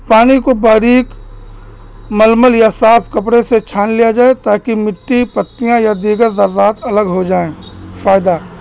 پانی کو باریک ململ یا صاف کپڑے سے چھان لیا جائے تاکہ مٹی پتیاں یا دیگر درات الگ ہو جائیں فائدہ